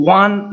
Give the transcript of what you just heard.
one